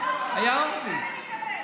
שר הבריאות היה, איך קראו לו?